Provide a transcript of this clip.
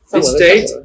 state